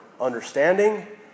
understanding